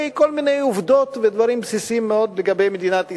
כל מיני עובדות ודברים בסיסיים מאוד לגבי מדינת ישראל.